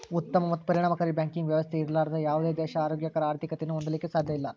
ಉತ್ತಮ ಮತ್ತು ಪರಿಣಾಮಕಾರಿ ಬ್ಯಾಂಕಿಂಗ್ ವ್ಯವಸ್ಥೆ ಇರ್ಲಾರ್ದ ಯಾವುದ ದೇಶಾ ಆರೋಗ್ಯಕರ ಆರ್ಥಿಕತೆಯನ್ನ ಹೊಂದಲಿಕ್ಕೆ ಸಾಧ್ಯಇಲ್ಲಾ